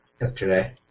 yesterday